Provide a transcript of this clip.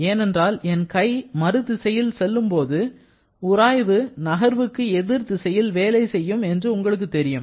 ஏனென்றால் என் கை மறு திசையில் செல்லும் போது உராய்வு நகர்வுக்கு எதிர்திசையில் வேலை செய்யும் என்று உங்களுக்கு தெரியும்